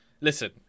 listen